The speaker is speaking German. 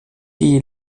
die